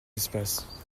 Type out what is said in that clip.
espaces